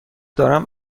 دارم